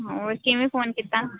ਹੋਰ ਕਿਵੇਂ ਫੋਨ ਕੀਤਾ